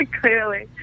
Clearly